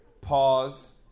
pause